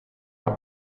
are